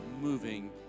moving